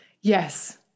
Yes